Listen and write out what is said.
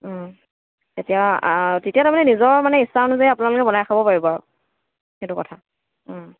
এতিয়া তেতিয়া তাৰমানে নিজৰ মানে ইচ্ছা অনুযায়ী আপোনালোকে বনাই খাব পাৰিব আৰু সেইটো কথা